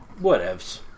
whatevs